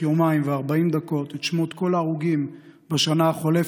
יומיים ו-40 דקות את שמות כל ההרוגים בשנה החולפת,